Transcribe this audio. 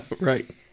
right